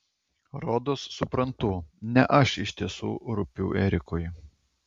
rodos suprantu ne aš iš tiesų rūpiu erikui